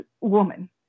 woman